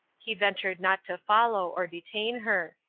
he ventured not to follow or detain her.